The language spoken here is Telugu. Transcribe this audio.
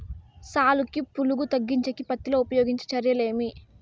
సాలుకి పులుగు తగ్గించేకి పత్తి లో ఉపయోగించే చర్యలు ఏమి?